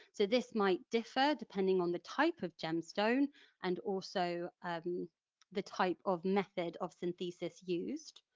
so this might differ depending on the type of gemstone and also um the type of method of synthesis used,